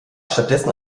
stattdessen